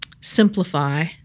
simplify